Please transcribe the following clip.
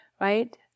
right